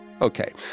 Okay